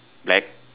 black